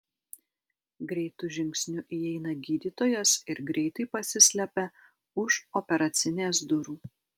greitu žingsniu įeina gydytojas ir greitai pasislepia už operacinės durų